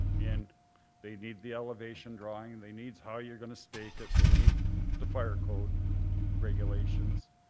and they need the elevation drawing. and they need how you're gonna stake it. they need the fire code regulations.